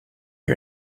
you